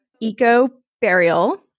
eco-burial